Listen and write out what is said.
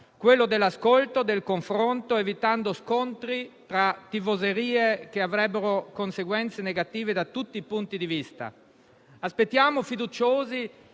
quello dell'ascolto e del confronto, evitando scontri tra tifoserie, che avrebbero conseguenze negative da tutti i punti di vista. Aspettiamo fiduciosi